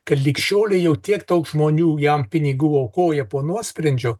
kad lig šiolei jau tiek daug žmonių jam pinigų aukoja po nuosprendžio